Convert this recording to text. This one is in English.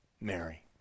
Mary